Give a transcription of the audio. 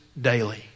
daily